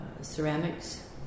ceramics